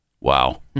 Wow